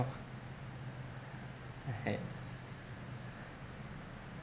uh ahead